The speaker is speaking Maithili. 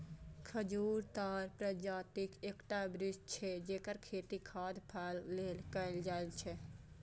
खजूर ताड़ प्रजातिक एकटा वृक्ष छियै, जेकर खेती खाद्य फल लेल कैल जाइ छै